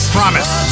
Promise